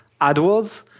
AdWords